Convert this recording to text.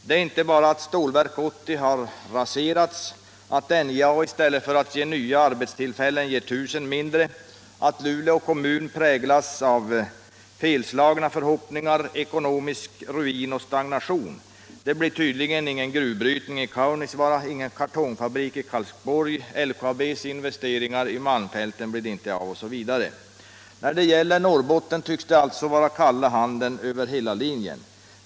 Det är inte bara det att Stålverk 80 har raserats, att NJA i stället för att ge nya arbetstillfällen ger tusen färre, att Luleå kommun nu präglas av felslagna förhoppningar, ekonomisk ruin och stagnation — det blir tydligen ingen gruvbrytning i Kaunisvaara, ingen kartongfabrik i Karlsborg, LKAB:s investeringar i malmfälten blir inte av OSV. När det gäller Norrbotten tycks det alltså vara kalla handen över hela linjen.